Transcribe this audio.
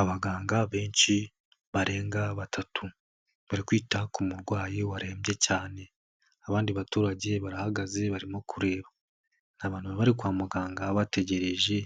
Abaganga benshi barenga batatu bari kwita ku murwayi warembye cyane abandi baturage barahagaze barimo kureba, ni abantu bari bari kwa muganga bategereje